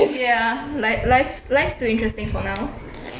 yeah like life life's too interesting for now